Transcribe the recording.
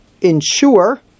ensure